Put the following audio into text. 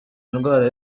indwara